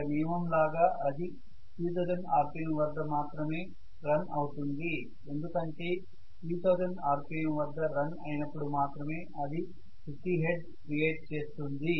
ఒక నియమం లాగా అది 3000 rpm వద్ద మాత్రమే రన్ అవుతుంది ఎందుకంటే 3000 rpm వద్ద రన్ అయినప్పుడు మాత్రమే అది 50 hertz క్రియేట్ చేస్తుంది